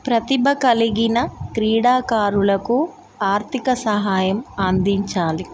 ప్రతిభ కలిగిన క్రీడాకారులకు ఆర్థిక సహాయం అందించాలి